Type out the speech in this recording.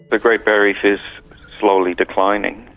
the great barrier reef is slowly declining.